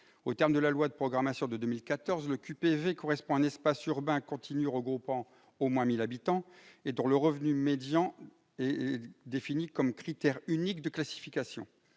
Aux termes de la loi de programmation de 2014, le QPV correspond à un espace urbain continu regroupant au moins 1 000 habitants et dont le revenu médian est défini comme critère unique de classification.